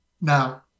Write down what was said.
now